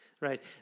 Right